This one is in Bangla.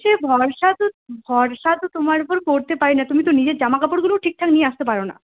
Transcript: সে ভরসা তো ভরসা তো তোমার উপর করতে পারি না তুমি তো নিজের জামাকাপড়গুলোও ঠিকঠাক নিয়ে আসতে পার না